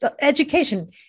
education